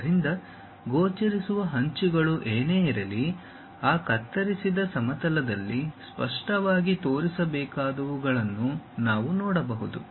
ಆದ್ದರಿಂದ ಗೋಚರಿಸುವ ಅಂಚುಗಳು ಏನೇ ಇರಲಿ ಆ ಕತ್ತರಿಸುವ ಸಮತಲದಲ್ಲಿ ಸ್ಪಷ್ಟವಾಗಿ ತೋರಿಸಬೇಕಾದವುಗಳನ್ನು ನಾವು ನೋಡಬಹುದು